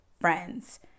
friends